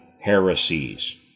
heresies